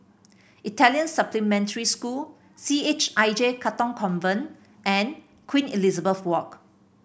Italian Supplementary School C H I J Katong Convent and Queen Elizabeth Walk